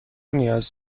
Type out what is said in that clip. نیاز